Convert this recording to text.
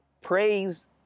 praise